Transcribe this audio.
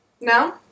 No